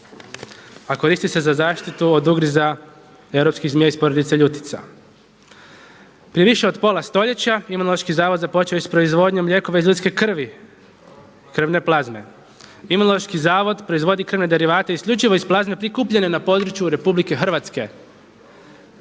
a koristi se za zaštitu od ugriza europskih zmija iz porodice ljutica. Prije više od pola stoljeća Imunološki zavod započeo je s proizvodnjom lijekova iz ljudske krvi, krvne plazme. Imunološki zavod proizvodi krvne derivate isključivo iz plazme prikupljene na području RH, te